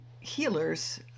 healers